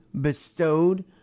bestowed